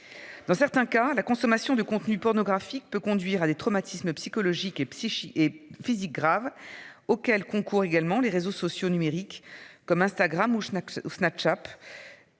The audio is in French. Dans certains cas la consommation de contenus pornographiques peut conduire à des traumatismes psychologiques et psychiques et physiques graves auxquelles concourent également les réseaux sociaux numériques comme Instagram ou je n'Snapchat.